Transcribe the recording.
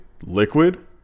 liquid